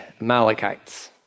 Amalekites